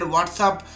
WhatsApp